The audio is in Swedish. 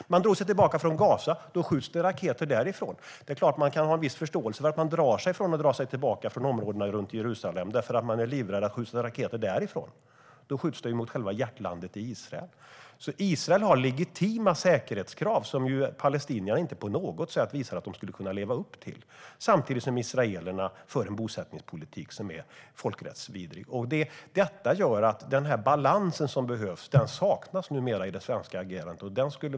När man drog sig tillbaka från Gaza sköts det raketer därifrån. Det är klart att man kan ha en viss förståelse för att Israel drar sig för att dra sig tillbaka från områdena runt Jerusalem därför att man är livrädd för att det ska skjutas raketer därifrån. I så fall skjuts de mot själva hjärtlandet Israel. Israel har legitima säkerhetskrav som palestinierna visar att de inte på något sätt skulle kunna leva upp till samtidigt som israelerna för en bosättningspolitik som är folkrättsligt vidrig. Detta gör att den nödvändiga balansen numera saknas i det svenska agerandet.